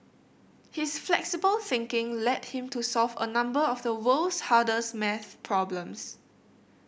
his flexible thinking led him to solve a number of the world's hardest maths problems